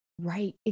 Right